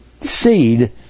seed